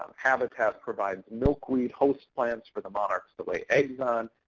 um habitats provide milkweed host plants for the monarchs to lay eggs on.